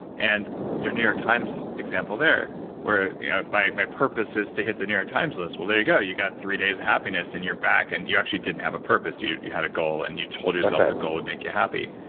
and your new york times example there where you know my my purpose is to hit the new york times list. well, there you go. you got three days of happiness and you're back and you actually didn't have a purpose, you you had a goal and you told so goal would make you happy.